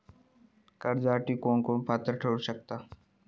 कर्जासाठी कोण पात्र ठरु शकता?